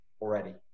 already